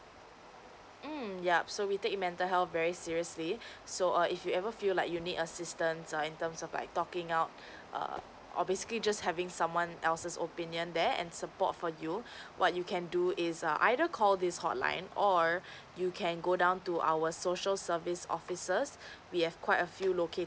mm yup so we take a mental health very seriously so err if you ever feel like you need assistance err in terms of like talking out err or basically just having someone else's opinion there and support for you what you can do is err either call this hotline or you can go down to our social service offices we have quite a few located